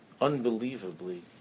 unbelievably